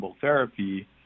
therapy